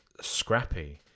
scrappy